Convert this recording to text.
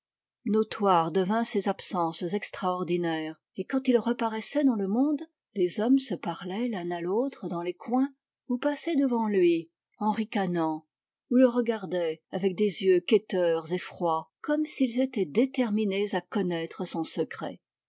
notoires devinrent ses absences extraordinaires et quand il reparaissait dans le monde les hommes se parlaient l'un à l'autre dans les coins ou passaient devant lui en ricanant ou le regardaient avec des yeux el quêteurs et froids comme s'ils étaient déterminés à connaître son secret